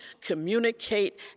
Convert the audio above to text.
communicate